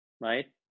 right